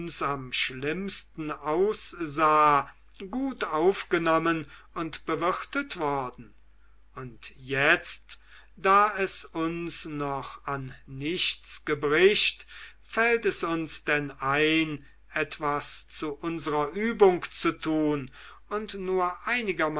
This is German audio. am schlimmsten aussah gut aufgenommen und bewirtet worden und jetzt da es uns noch an nichts gebricht fällt es uns denn ein etwas zu unserer übung zu tun und nur